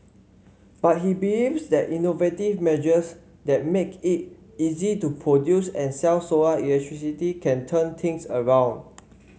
but he believes that innovative measures that make it easy to produce and sell solar electricity can turn things around